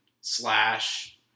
Slash